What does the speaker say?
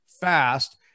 fast